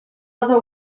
other